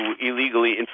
illegally